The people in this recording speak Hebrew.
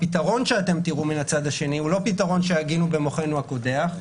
הפתרון שאתם תראו מן הצד השני הוא לא פתרון שהגינו במוחנו הקודח,